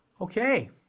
Okay